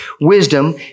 wisdom